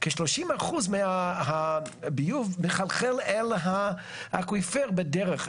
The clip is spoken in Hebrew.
כשלושים אחוז מהביוב מחלחל אל האקוויפר בדרך.